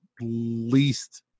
least